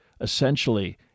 essentially